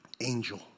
angel